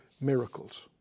miracles